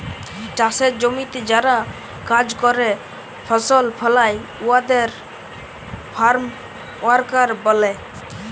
চাষের জমিতে যারা কাজ ক্যরে ফসল ফলায় উয়াদের ফার্ম ওয়ার্কার ব্যলে